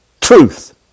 truth